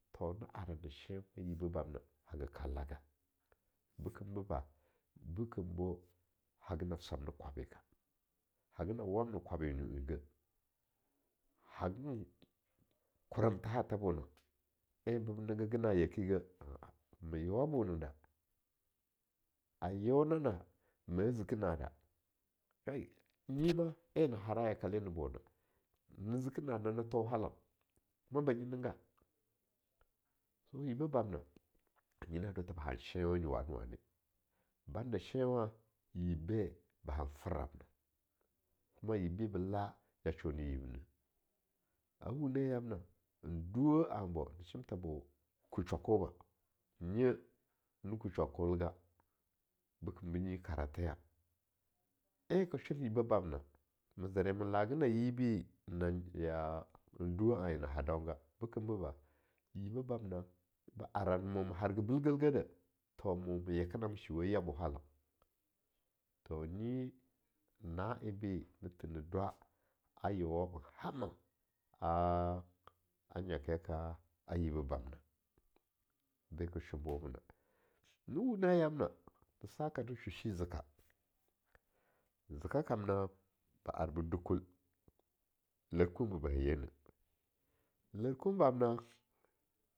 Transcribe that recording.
To na ara na shenwa yibeh ba na haga kallaga, bekembo ba, bekem haga nab swamne kwabyega haga nab wamne kwabye nyu en geh, hagin korom thaha tha bona en bo be ninggiga na'ayeki geh, a'a me yeowa bona da, a yeo nana ziki nada, kai nyi ma en na hara yakale na bona, ne ziki na, nane tho halaun, kuma banyi ningga so yibeh bamna nyina do tha ba han shenwanye wane-wane, banda shenwa, yibbe be ba na fralo na, kuma yibbe bala yasho ne yibneh, wuneh yamna nduwaeh an bo ku shwakoba, nye na ku shwakel lega, beken be nyi karatheya, en ka shorn yibbe bamnena, me zera ma laga na yibi na en duweh anye na ha dounga, bekemboba, yibbeh bamna ba ara mo ma haga bilgehdeh, to mo ma yeke namie shiuwe yabo halaun, to nyi, na en bi ni thi ne dwa a yeowon hama, a a nyake ka a yibeh bamna, be ka shon bobena ni wune yamna, na saka ni sho shi zika, zika kamna ba arbo Dukul, lerkun be ba hayeneh, lerkun bamna.